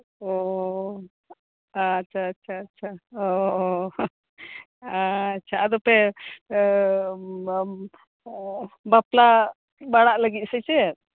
ᱚᱻᱻ ᱟᱪᱪᱷᱟ ᱟᱪᱪᱷᱟ ᱪᱷᱟ ᱟᱪᱪᱷᱟ ᱚᱻᱻ ᱟᱪᱪᱷᱟ ᱟᱫᱚ ᱯᱮ ᱵᱟᱯᱞᱟᱜ ᱵᱟᱲᱟᱜ ᱞᱟᱹ ᱜᱤᱜ ᱥᱮ ᱪᱮᱫ